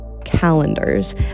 calendars